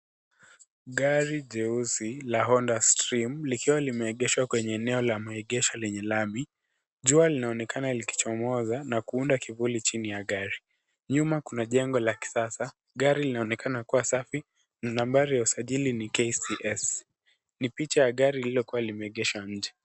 Gari jeusi la Honda stream, likiwa limeegeshwa kwenye eneo la maegesho lenye lami. Jua linaonekana likichomoza, na kuunda kivuli chini ya gari. Nyuma kuna jengo la kisasa, gari linaonekana kuwa safi, na nambari ya usajili ni KCS.Ni picha ya gari lililokuwa limeegeshwa nje.